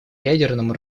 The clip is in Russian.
ядерному